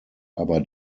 aber